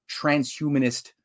transhumanist